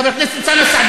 חבר הכנסת אוסאמה סעדי,